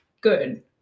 good